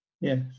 Yes